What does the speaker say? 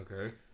Okay